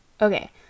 okay